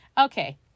Okay